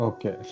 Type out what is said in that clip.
Okay